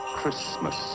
Christmas